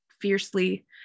fiercely